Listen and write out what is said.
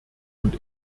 und